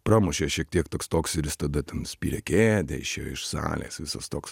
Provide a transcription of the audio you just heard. pramušė šiek tiek toks toks ir jis tada ten spyrė kėdę išėjo iš salės visas toks